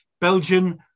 Belgian